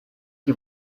que